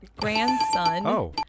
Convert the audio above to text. grandson